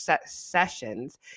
sessions